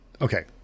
okay